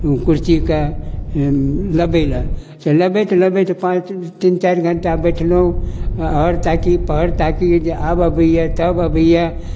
कुर्सी कऽ लेबैला तऽ लेबैत लेबैत पाँच तीन चारि घण्टा बैठलहुँ अहर ताकी पहर ताकी जे आब अबैया तब अबैया